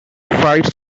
fights